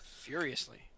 Furiously